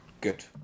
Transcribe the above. good